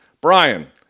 Brian